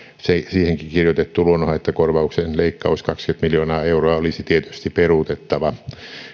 siihenkin kirjoitettu luonnonhaittakorvauksen leikkaus kaksikymmentä miljoonaa euroa olisi tietysti peruutettava